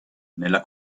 nella